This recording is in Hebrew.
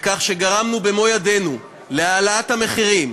בכך שגרמנו במו-ידינו להעלאת המחירים,